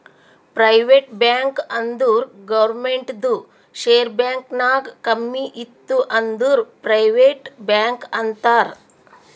private bank ಅಂದುರ್ ಗೌರ್ಮೆಂಟ್ದು share bank ನಾಗ್ ಕಮ್ಮಿ ಇತ್ತು ಅಂದುರ್ ಪ್ರೈವೇಟ್ ಬ್ಯಾಂಕ್ ಅಂತಾರ್